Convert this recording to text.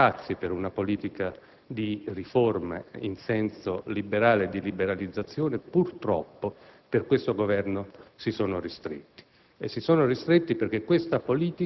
Ho l'impressione che gli spazi per una politica riformista in senso liberale e di liberalizzazione, purtroppo, per questo Governo si sono ristretti.